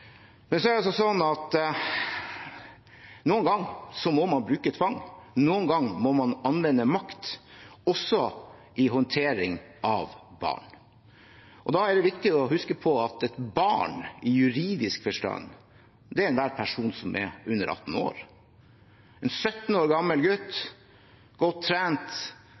Så er det sånn at noen ganger må man bruke tvang, noen ganger må man anvende makt også i håndtering av barn. Da er det viktig å huske på at et barn i juridisk forstand er enhver person som er under 18 år. En 17 år gammel gutt som er godt trent,